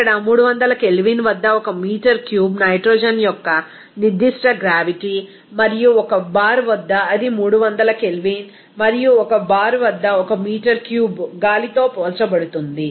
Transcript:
ఇక్కడ 300 K వద్ద 1 metre cube nitrogen యొక్క నిర్దిష్ట గ్రావిటీ మరియు 1 బార్ వద్ద అది 300 K మరియు 1 బార్ వద్ద 1 మీటర్ క్యూబ్ గాలితో పోల్చబడుతుంది